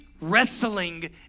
wrestling